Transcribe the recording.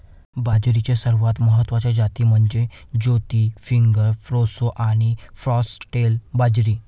बाजरीच्या सर्वात महत्वाच्या जाती म्हणजे मोती, फिंगर, प्रोसो आणि फॉक्सटेल बाजरी